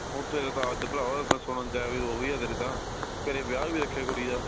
ਉੱਥੇ ਗਏ ਤਾਂ ਅੱਜ ਭਰਾਵਾ ਮੈਂ ਸੁਣਨ 'ਚ ਆਇਆ ਵੀ ਉਹ ਵੀ ਹੈ ਤੇਰੇ ਤਾਂ ਘਰੇ ਵਿਆਹ ਵੀ ਰੱਖਿਆ ਕੁੜੀ ਦਾ